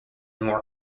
more